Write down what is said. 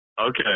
Okay